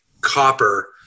copper